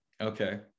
okay